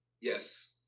Yes